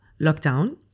lockdown